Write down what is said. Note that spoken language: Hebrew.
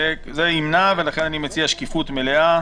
זה ימנע, ולכן אני מציע שקיפות מלאה.